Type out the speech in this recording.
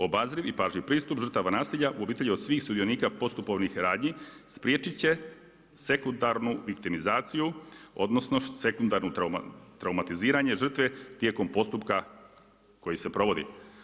Obazriv i pažljiv pristup žrtava nasilja, u obitelji svih sudionika postupovnim radnji, spriječiti će sekundarnu viktimizaciju, odnosno sekundarnu traumatiziranje žrtve tijekom postupka koji se provodi.